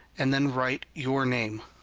and then write your name.